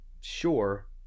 sure